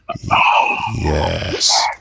Yes